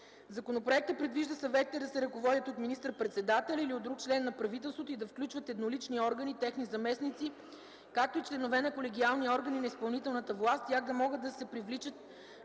Законопроектът предвижда съветите да се ръководят от министър-председателя или от друг член на правителството и да включват еднолични органи, техни заместници, както и членове на колегиални органи на изпълнителната власт; в тях да могат да се привличат